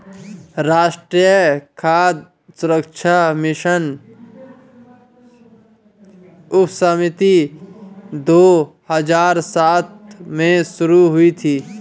राष्ट्रीय खाद्य सुरक्षा मिशन उपसमिति दो हजार सात में शुरू हुई थी